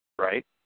Right